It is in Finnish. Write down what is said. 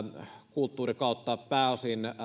kulttuuri ja pääosin